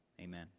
Amen